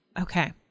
Okay